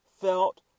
felt